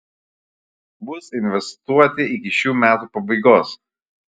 bus investuoti iki šių metų pabaigos